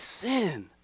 sin